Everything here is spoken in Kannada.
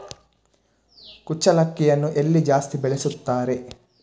ಕುಚ್ಚಲಕ್ಕಿಯನ್ನು ಎಲ್ಲಿ ಜಾಸ್ತಿ ಬೆಳೆಸುತ್ತಾರೆ?